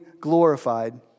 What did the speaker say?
glorified